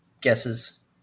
guesses